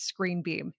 ScreenBeam